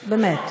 באמת.